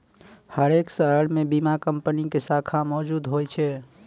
हरेक शहरो मे बीमा कंपनी के शाखा मौजुद होय छै